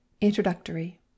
Introductory